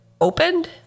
opened